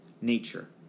nature